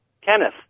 Kenneth